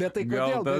bet tai gal